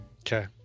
Okay